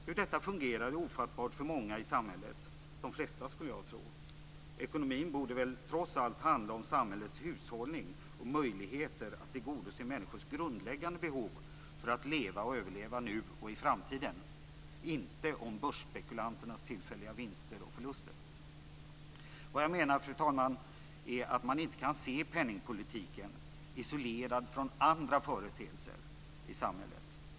Hur detta fungerar är ofattbart för många i samhället - för de flesta skulle jag tro. Ekonomin borde väl trots allt handla om samhällets hushållning och samhällets möjligheter att tillgodose människors grundläggande behov för att leva och överleva nu och i framtiden? Den borde inte handla om börsspekulanternas tillfälliga vinster och förluster. Vad jag menar, fru talman, är att man inte kan se penningpolitiken isolerad från andra företeelser i samhället.